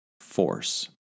force